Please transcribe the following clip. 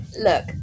look